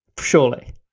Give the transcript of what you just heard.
Surely